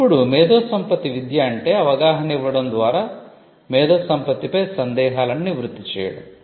ఇప్పుడు మేధోసంపత్తి విద్య అంటే అవగాహన ఇవ్వడం ద్వారా మేధోసంపత్తిపై సందేహాలను నివృత్తి చేయడం